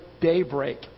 daybreak